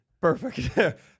perfect